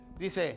Dice